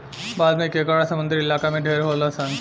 भारत में केकड़ा समुंद्री इलाका में ढेर होलसन